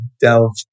delve